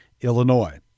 Illinois